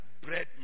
bread